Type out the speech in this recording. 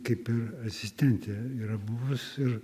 kaip ir asistentė yra buvus ir